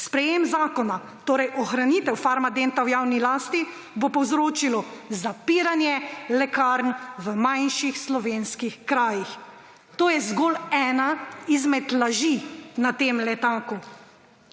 sprejetje zakona, torej ohranitev Farmadenta v javni lasti, bo povzročilo zapiranje lekarn v manjših slovenskih krajih. To je zgolj ena izmed laži na tem letaku.